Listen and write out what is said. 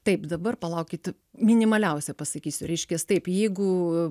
taip dabar palaukit minimaliausią pasakysiu reiškias taip jeigu